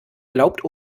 glaubt